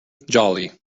jolly